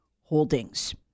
holdings